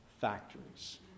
factories